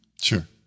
Sure